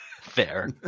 Fair